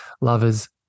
lovers